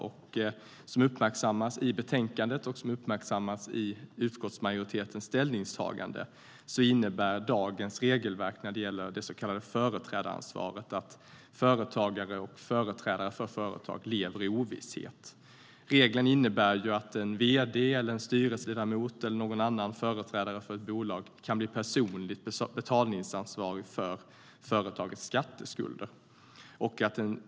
Såsom uppmärksammas i betänkandet och i utskottsmajoritetens ställningstagande innebär dagens regelverk när det gäller det så kallade företrädaransvaret att företagare och företrädare för företag lever i ovisshet. Reglerna innebär att en vd, en styrelseledamot eller en annan företrädare för ett bolag kan bli personligt betalningsansvarig för företagets skatteskulder.